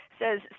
says